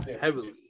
Heavily